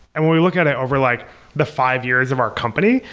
and when we look at at over like the five years of our company,